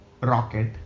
Rocket